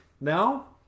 now